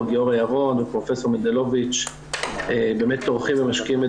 גיורא ירון ופרופ' מנדלוביץ' באמת טורחים ומשקיעים את